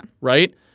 Right